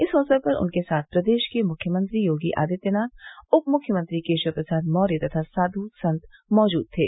इस अवसर पर उनके साथ प्रदेश के मुख्यमंत्री योगी आदित्यनाथ उप मुख्यमंत्री केशव प्रसाद मौर्य तथा साधु संत मौजूद थे